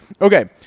Okay